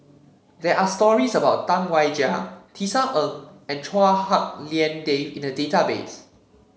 there are stories about Tam Wai Jia Tisa Ng and Chua Hak Lien Dave in the database